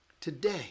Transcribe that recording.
Today